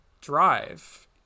drive